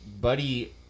buddy